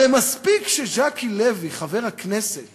הרי מספיק שחבר הכנסת